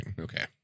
Okay